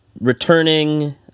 returning